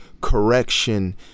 correction